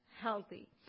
healthy